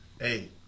hey